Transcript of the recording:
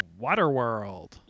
Waterworld